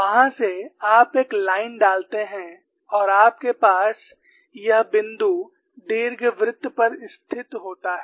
वहां से आप एक लाइन डालते हैं और आपके पास यह बिंदु दीर्घवृत्त पर स्थित होता है